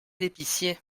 d’épicier